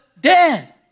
dead